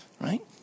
right